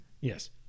Yes